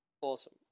Awesome